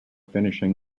finishing